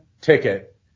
ticket